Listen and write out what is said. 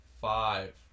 five